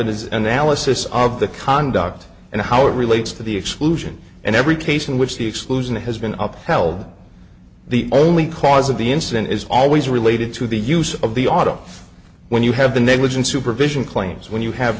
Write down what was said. it is an alice of the conduct and how it relates to the exclusion and every case in which the exclusion has been up well the only cause of the incident is always related to the use of the auto when you have the negligent supervision claims when you have